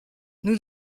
nous